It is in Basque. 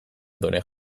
done